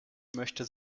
möchte